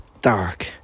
dark